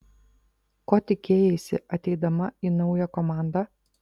ko tikėjaisi ateidama į naują komandą